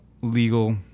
legal